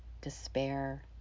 despair